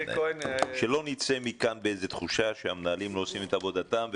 שלא נצא מכאן בתחושה שהמנהלים לא עושים את עבודתם.